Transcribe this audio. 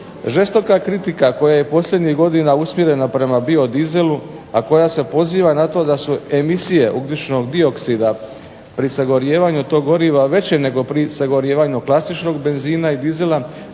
Žestoka kritika koja je posljednjih godina usmjerena prema bio dizelu a koja se poziva na to da su emisije ugljičnog-dioksida pri sagorijevanju tog goriva veće nego sagorijevanju klasičnog benzina i dizela,